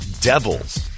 Devils